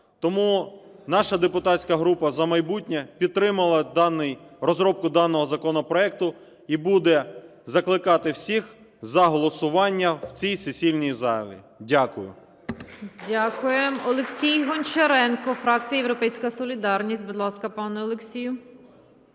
Тому наша депутатська група "За майбутнє" підтримала розробку даного законопроекту і буде закликати всіх за голосування в цій сесійній залі. Дякую.